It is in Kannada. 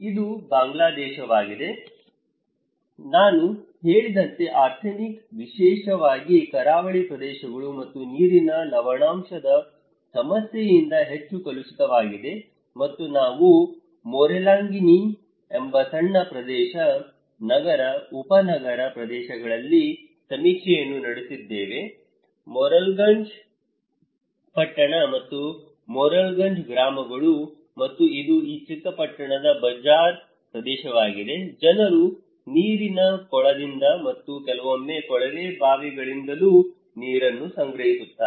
ಇದು ಬಾಂಗ್ಲಾದೇಶವಾಗಿದೆ ನಾನು ಹೇಳಿದಂತೆ ಆರ್ಸೆನಿಕ್ ವಿಶೇಷವಾಗಿ ಕರಾವಳಿ ಪ್ರದೇಶಗಳು ಮತ್ತು ನೀರಿನ ಲವಣಾಂಶದ ಸಮಸ್ಯೆಯಿಂದ ಹೆಚ್ಚು ಕಲುಷಿತವಾಗಿದೆ ಮತ್ತು ನಾವು ಮೊರೆಲ್ಗಂಜ್ ಎಂಬ ಸಣ್ಣ ಪ್ರದೇಶ ನಗರ ಉಪನಗರ ಪ್ರದೇಶಗಳಲ್ಲಿ ಸಮೀಕ್ಷೆಯನ್ನು ನಡೆಸಿದ್ದೇವೆ ಮೊರೆಲ್ಗಂಜ್ ಪಟ್ಟಣ ಮತ್ತು ಮೊರೆಲ್ಗಂಜ್ ಗ್ರಾಮಗಳು ಮತ್ತು ಇದು ಈ ಚಿಕ್ಕ ಪಟ್ಟಣದ ಬಜಾರ್ ಪ್ರದೇಶವಾಗಿದೆ ಜನರು ನೀರಿನ ಕೊಳದಿಂದ ಮತ್ತು ಕೆಲವೊಮ್ಮೆ ಕೊಳವೆ ಬಾವಿಗಳಿಂದಲೂ ನೀರನ್ನು ಸಂಗ್ರಹಿಸುತ್ತಾರೆ